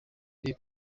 iri